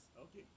Okay